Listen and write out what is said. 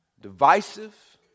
Divisive